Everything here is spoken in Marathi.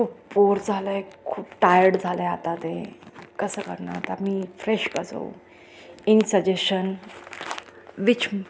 खूप बोर झालं आहे खूप टायर्ड झालं आहे आता ते कसं करणार आता मी फ्रेश कसं होऊ एनि सजेशन विच